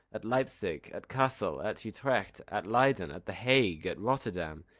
at leipzig, at cassel, at utrecht, at leyden, at the hague, at rotterdam.